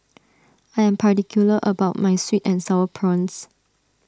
I am particular about my Sweet and Sour Prawns